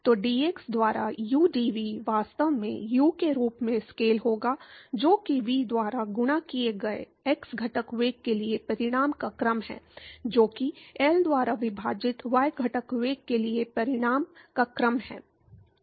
तो dx द्वारा udv वास्तव में U के रूप में स्केल होगा जो कि V द्वारा गुणा किए गए x घटक वेग के लिए परिमाण का क्रम है जो कि L द्वारा विभाजित y घटक वेग के लिए परिमाण का क्रम है